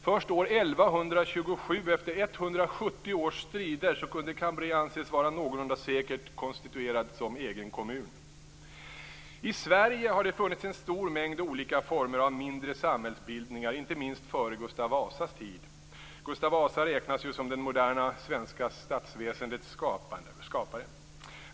Först år 1127, efter 170 års strider, kunde Cambrai anses vara någorlunda säkert konstituerad som egen kommun. I Sverige har det funnits en stor mängd olika former av mindre samhällsbildningar, inte minst före Gustav Vasas tid. Gustav Vasa räknas ju som det moderna svenska statsväsendets skapare.